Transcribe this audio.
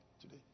today